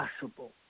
possible